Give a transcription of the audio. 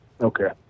Okay